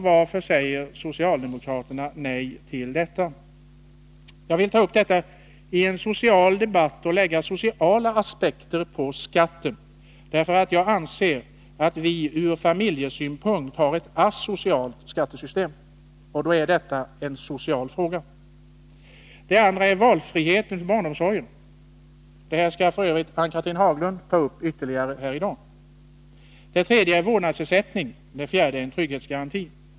Varför säger socialdemokraterna nej tillen sådan? Jag vill ta upp beskattningen i en social debatt och lägga sociala aspekter på den. Jag anser att vi ur familjesynpunkt har ett asocialt skattesystem, och då är detta en social fråga. Den andra punkten gäller valfrihet i barnomsorgen. Detta skall Ann-Cathrine Haglund belysa ytterligare senare i dag. Den fjärde punkten slutligen gäller trygghetsgaranti.